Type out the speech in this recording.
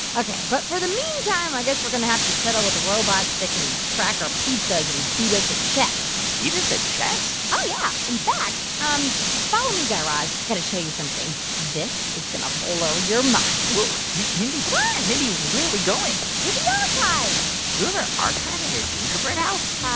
ok. but for the meantime, i guess we're going to have to settle with robots that can track our pizzas and beat us at chess beat us at chess? yeah. in fact, um follow me, guy raz. i've got to show you something. this is gonna blow your mind mindy. come on ah and mindy, where are we going? to the archives you have an archive in your gingerbread house?